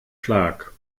schlag